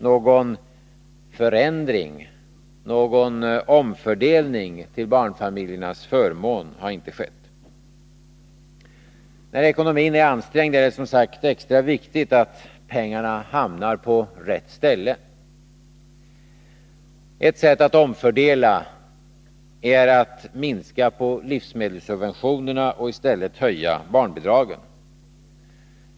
Någon förändring, någon omfördelning till barnfamiljernas förmån, har inte skett. När ekonomin är ansträngd är det som sagt extra viktigt att pengarna hamnar på rätt ställe. Ett sätt att omfördela är att minska livsmedelssubventionerna och i stället höja barnbidragen.